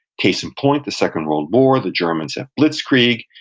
case in point, the second world war, the germans have blitzkrieg,